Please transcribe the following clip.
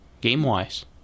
game-wise